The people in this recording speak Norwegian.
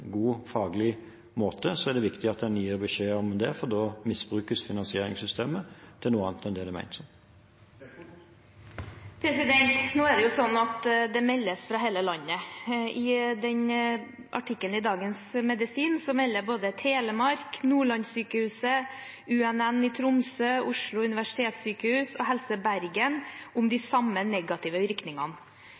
god faglig måte, er det viktig at man gir beskjed om det, for da misbrukes finansieringssystemet til noe annet enn det det er ment som. Nå er det sånn at det meldes fra hele landet – i artikkelen i Dagens Medisin melder både Telemark, Nordlandssykehuset, UNN i Tromsø, Oslo universitetssykehus og Helse Bergen om de samme negative virkningene.